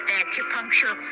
acupuncture